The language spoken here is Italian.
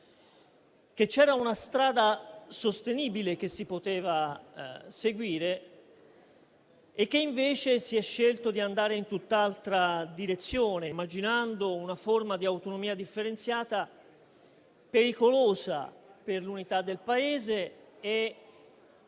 che c'era una strada sostenibile che si poteva seguire e che invece si è scelto di andare in tutt'altra direzione, immaginando una forma di autonomia differenziata, pericolosa per l'unità del Paese e